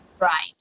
Right